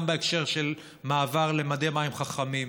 גם בהקשר של מעבר למדי מים חכמים,